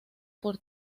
por